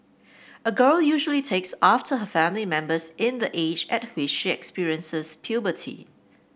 a girl usually takes after her family members in the age at which she experiences puberty